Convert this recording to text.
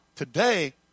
Today